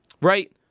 Right